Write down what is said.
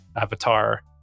avatar